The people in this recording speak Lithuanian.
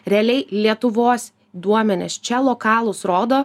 realiai lietuvos duomenys čia lokalūs rodo